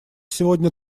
сегодня